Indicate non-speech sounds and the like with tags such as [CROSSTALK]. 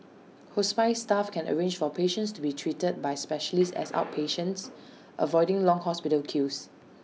hospice staff can arrange for patients to be treated by specialists [NOISE] as outpatients avoiding long hospital queues